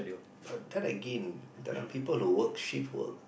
but then again there are people who work shift work